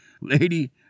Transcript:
Lady